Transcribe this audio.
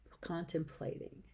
contemplating